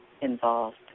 involved